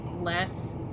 Less